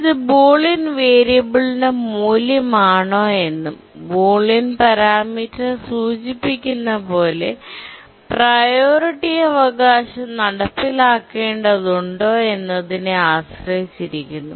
ഇത് ബൂളിയൻ വേരിയബിളിന്റെ മൂല്യമാണോയെന്നും ബൂലിയൻ പാരാമീറ്റർ സൂചിപ്പിക്കുന്നത് പോലെ പ്രിയോറിറ്റി അവകാശം നടപ്പിലാക്കേണ്ടതുണ്ടോ എന്നതിനെ ആശ്രയിച്ചിരിക്കുന്നു